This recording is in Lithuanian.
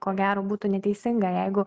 ko gero būtų neteisinga jeigu